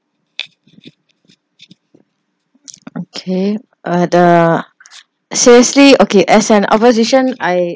okay uh the seriously okay as an opposition I